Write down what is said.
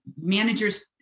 managers